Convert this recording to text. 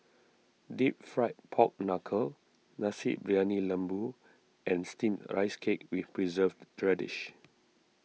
Deep Fried Pork Knuckle Nasi Briyani Lembu and Steamed Rice Cake with Preserved Radish